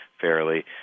fairly